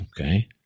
okay